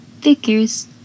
Figures